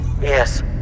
Yes